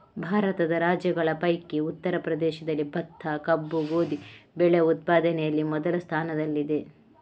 ಭಾರತದ ರಾಜ್ಯಗಳ ಪೈಕಿ ಉತ್ತರ ಪ್ರದೇಶದಲ್ಲಿ ಭತ್ತ, ಕಬ್ಬು, ಗೋಧಿ ಬೆಳೆ ಉತ್ಪಾದನೆಯಲ್ಲಿ ಮೊದಲ ಸ್ಥಾನದಲ್ಲಿದೆ